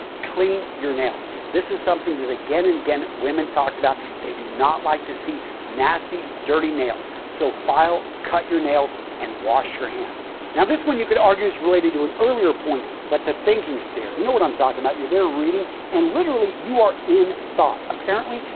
clean your nails. this is something that again and again women talked about. they do not like to see nasty dirty nails. so, file, cut your nails, and wash your hands. now, this one you can argue is related to an earlier point, but the thinking stare. you know what i'm talking about. you're there reading and literally you are in thought. apparently,